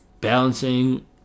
balancing